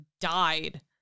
died